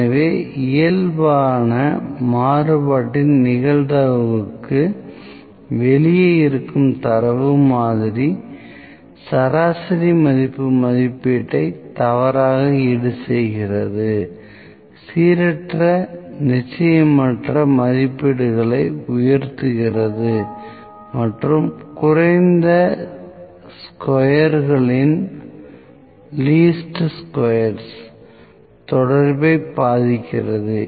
எனவே இயல்பான மாறுபாட்டின் நிகழ்தகவுக்கு வெளியே இருக்கும் தரவு மாதிரி சராசரி மதிப்பு மதிப்பீட்டை தவறாக ஈடுசெய்கிறது சீரற்ற நிச்சயமற்ற மதிப்பீடுகளை உயர்த்துகிறது மற்றும் குறைந்த ஸ்கொயர்களின் தொடர்பை பாதிக்கிறது